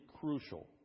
crucial